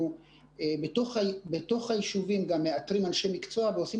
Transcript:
אנחנו מאתרים אנשי מקצוע מהיישובים עצמם ועושים